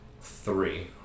three